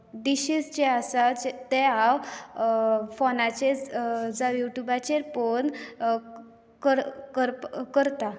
dishes जे आसात ते हांव फोनाचेर जावं युट्यूबाचेप पळोवन करता